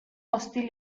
hostil